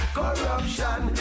corruption